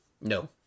No